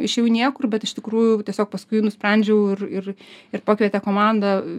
išėjau į niekur bet iš tikrųjų tiesiog paskui nusprendžiau ir ir ir pakvietė komanda